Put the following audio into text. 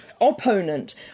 opponent